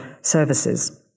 services